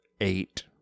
eight